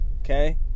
Okay